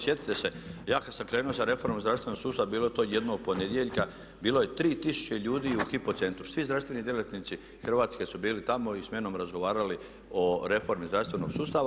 Sjetite se ja kada sam krenuo sa reformama zdravstvenog sustava bilo je to jednog ponedjeljka, bilo je 3000 ljudi u Hypo centru, svi zdravstveni djelatnici Hrvatske su bili tamo i samnom razgovarali o reformi zdravstvenog sustava.